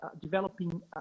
developing